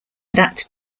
that